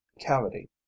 cavity